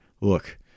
look